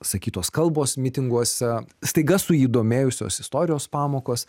sakytos kalbos mitinguose staiga suįdomėjusios istorijos pamokos